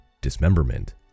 dismemberment